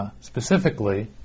specifically